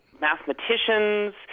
mathematicians